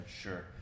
Sure